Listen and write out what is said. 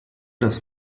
das